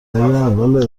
اول